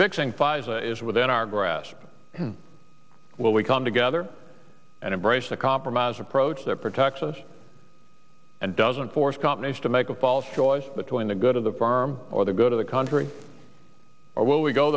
pfizer is within our grasp will we come together and embrace a compromise approach that protects us and doesn't force companies to make a false choice between the good of the firm or the good of the country or will we go